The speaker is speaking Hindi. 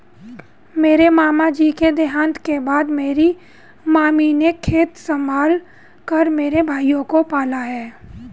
मेरे मामा जी के देहांत के बाद मेरी मामी ने खेत संभाल कर मेरे भाइयों को पाला